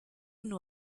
nur